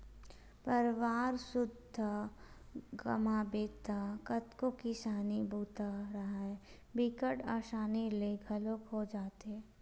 परवार सुद्धा कमाबे त कतको किसानी बूता राहय बिकट असानी ले घलोक हो जाथे